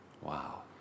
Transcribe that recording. Wow